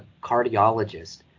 cardiologist